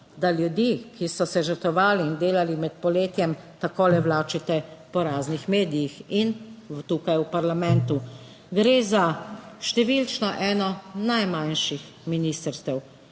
da ljudi, ki so se žrtvovali in delali med poletjem, takole vlačite po raznih medijih in tukaj v parlamentu. Gre za številčno eno najmanjših ministrstev.